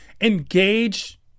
engage